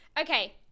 Okay